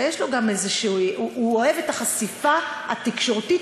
הוא אוהב את החשיפה התקשורתית,